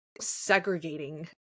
segregating